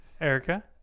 Erica